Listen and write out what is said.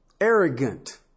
arrogant